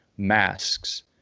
masks